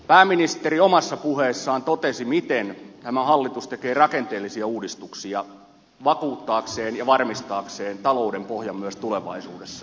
pääministeri omassa puheessaan totesi miten tämä hallitus tekee rakenteellisia uudistuksia vakuuttaakseen ja varmistaakseen talouden pohjan myös tulevaisuudessa